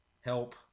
help